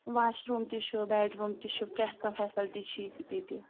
washroom تہِ چھُ bedroom تہِ چھُ پرٛٮ۪تھ کانٛہہ فیسَلٹی چھِ ییٚتہِ